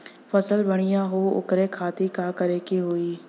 फसल बढ़ियां हो ओकरे खातिर का करे के होई?